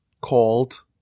called